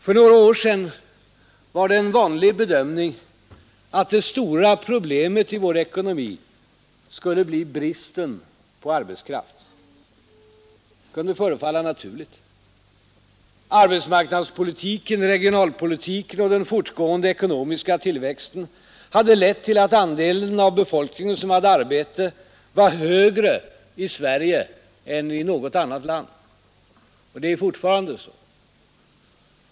För några år sedan var det en vanlig bedömning att det stora problemet i vår ekonomi skulle bli bristen på arbetskraft. Det kunde förefalla naturligt. Arbetsmarknadspolitiken, regionalpolitiken och den fortgående ekonomiska tillväxten hade lett till att andelen av befolkningen som hade arbete var högre i Sverige än i något annat land. Och det är fortfarande så.